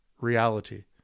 reality